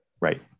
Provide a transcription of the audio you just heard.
right